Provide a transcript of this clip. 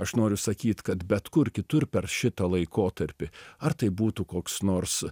aš noriu sakyt kad bet kur kitur per šitą laikotarpį ar tai būtų koks nors